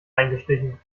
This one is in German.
eingeschlichen